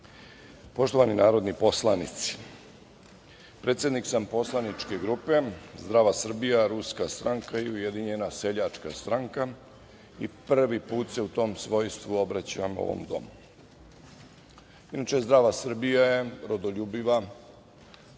poštovani narodni poslanici, predsednik sam poslaničke grupe Zdrava Srbija - Ruska stranka - USS i prvi put se u tom svojstvu obraćam ovom domu. Inače, Zdrava Srbija je rodoljubiva